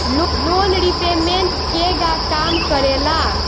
Loan repayment केगा काम करेला?